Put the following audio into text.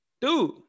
dude